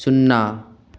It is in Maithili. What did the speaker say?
शुन्ना